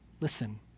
Listen